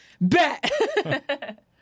Bet